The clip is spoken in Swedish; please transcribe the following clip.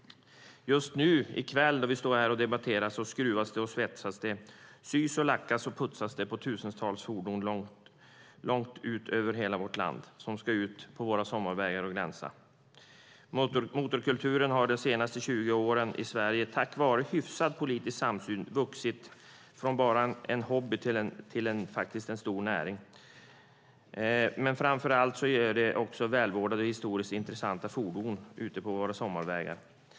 Just nu, i kväll, när vi står här och debatterar, skruvas det och svetsas. Det sys och lackas, och det putsas på tusentals fordon över hela vårt land som ska ut på våra sommarvägar och glänsa. Motorkulturen har de senaste 20 åren i Sverige tack vare en hyfsad politisk samsyn vuxit från att bara ha varit en hobby till att bli en stor näring. Men framför allt är det också välvårdade och historiskt intressanta fordon ute på våra sommarvägar.